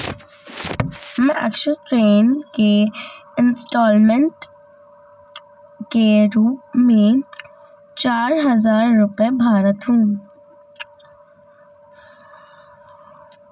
मैं ऋण के इन्स्टालमेंट के रूप में चार हजार रुपए भरता हूँ